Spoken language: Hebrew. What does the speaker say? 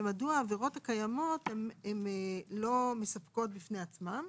ומדוע העבירות הקיימות לא מספקות בפני עצמן?